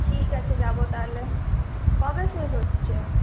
ঠিক আছে যাবো তাহলে কবে শেষ হচ্ছে